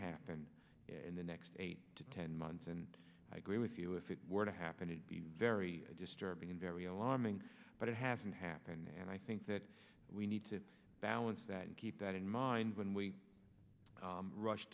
happen in the next eight to ten months and i agree with you if it were to happen it very disturbing and very alarming but it hasn't happened and i think that we need to balance that and keep that in mind when we rush